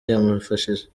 yamufashije